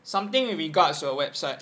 something with regards to a website